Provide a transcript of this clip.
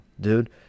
dude